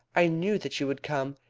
i knew that you would come.